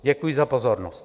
Děkuji za pozornost.